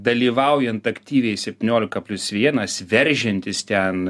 dalyvaujant aktyviai septyniolika plius vienas veržiantis ten